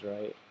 right